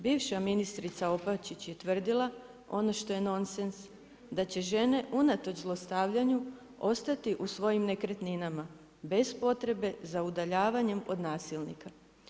Bivša ministrica Opačić je tvrdila ono što je nonsens, da će žene unatoč zlostavljanju ostati u svojim nekretninama bez potrebe za udaljavanjem od nasilnika.